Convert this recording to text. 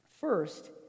First